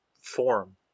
form